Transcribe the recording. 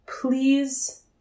please